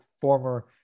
former